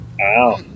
Wow